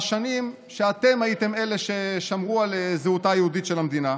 צעקו עלינו להוריד את